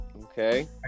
Okay